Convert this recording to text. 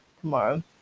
tomorrow